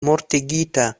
mortigita